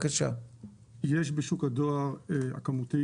בשוק הדואר הכמותי